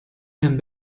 and